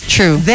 True